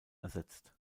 ersetzt